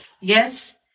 Yes